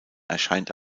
erscheint